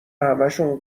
همهشون